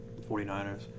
49ers